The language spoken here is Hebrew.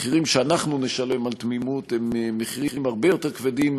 המחירים שאנחנו נשלם על תמימות הם מחירים הרבה יותר כבדים,